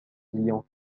client